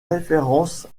référence